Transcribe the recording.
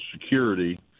Security